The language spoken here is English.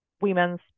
women's